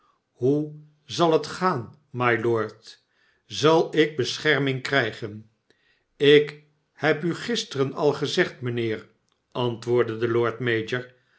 hoe zal het gaan r mylord zal ik bescherming krijgen ik heb u gisteren al gezegd mijnheer antwoordde de lord mayor